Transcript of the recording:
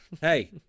Hey